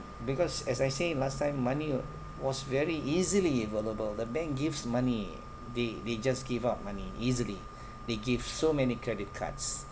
because as I say last time money was very easily available the bank gives money they they just give up money easily they give so many credit cards